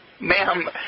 Ma'am